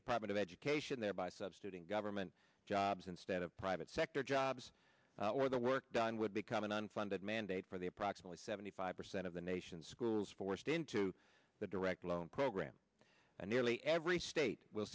department of education thereby substituting government jobs instead of private sector jobs where the work done would become an unfunded mandate for the approximately seventy five percent of the nation's schools forced into the direct loan program and nearly every state w